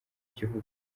gihugu